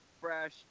fresh